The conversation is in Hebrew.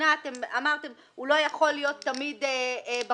ושבגינה אמרתם שהוא לא יכול להיות תמיד בקוורום.